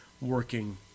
working